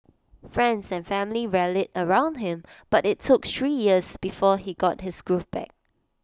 friends and family rallied around him but IT took three years before he got his groove back